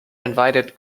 invited